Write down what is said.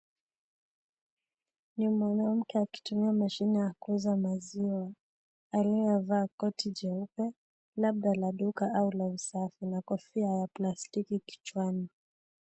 Ni mwanamke akitumia mashine ya kuuza maziwa, aliyevaa koti jeupe, labda la duka au la usafi, na kofia ya plastiki kichwani.